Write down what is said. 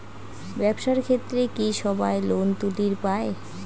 ব্যবসার ক্ষেত্রে কি সবায় লোন তুলির পায়?